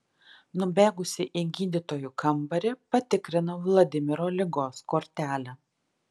nubėgusi į gydytojų kambarį patikrinau vladimiro ligos kortelę